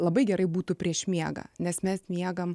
labai gerai būtų prieš miegą nes mes miegam